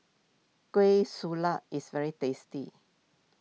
Kueh is very tasty